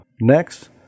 Next